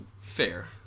Fair